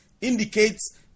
indicates